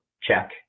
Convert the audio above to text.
check